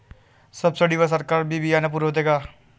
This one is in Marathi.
सब्सिडी वर सरकार बी बियानं पुरवते का?